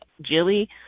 Jilly